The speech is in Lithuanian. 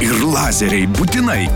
ir lazeriai būtinai